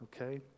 Okay